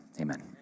Amen